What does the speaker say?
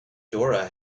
dora